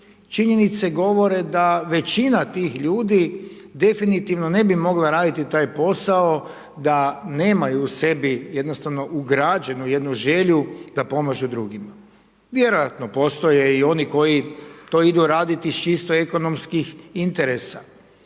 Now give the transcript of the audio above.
činjenice govore da većina tih ljudi definitivno ne bi mogla raditi taj posao da nemaju u sebi, jednostavno, ugrađenu jednu želju da pomažu drugima. Vjerojatno postoje i oni koji to idu raditi iz čisto ekonomskih interesa,